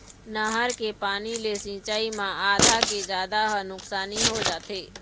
नहर के पानी ले सिंचई म आधा के जादा ह नुकसानी हो जाथे